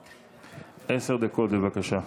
עשר דקות, בבקשה.